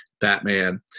Batman